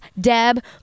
Deb